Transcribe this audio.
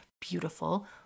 beautiful